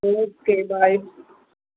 okay bye